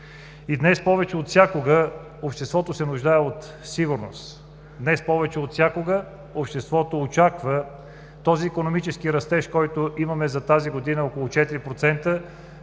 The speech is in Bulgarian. И днес, повече от всякога, обществото се нуждае от сигурност. Днес, повече от всякога, обществото очаква този икономически растеж, който имаме за тази година – около 4%,